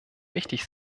wichtig